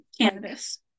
cannabis